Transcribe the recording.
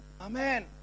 Amen